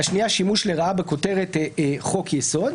והשנייה שימוש לרעה בכותרת חוק יסוד.